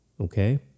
Okay